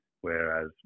Whereas